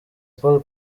paul